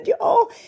y'all